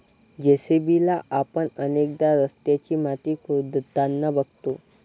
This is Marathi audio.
जे.सी.बी ला आपण अनेकदा रस्त्याची माती खोदताना बघतो